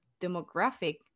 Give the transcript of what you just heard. demographic